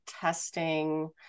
testing